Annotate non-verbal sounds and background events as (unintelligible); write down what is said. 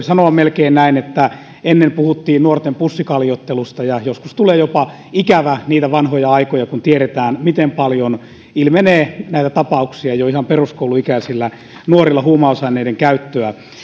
(unintelligible) sanoa melkein että ennen puhuttiin nuorten pussikaljoittelusta ja joskus tulee jopa ikävä niitä vanhoja aikoja kun tiedetään miten paljon ilmenee näitä tapauksia jo ihan peruskouluikäisillä nuorilla huumausaineiden käyttöä